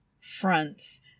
fronts